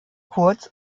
kurz